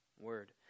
word